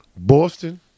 Boston